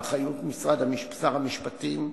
באחריות שר המשפטים,